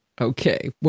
Okay